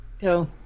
go